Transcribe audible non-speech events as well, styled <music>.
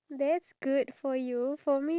sorry <laughs>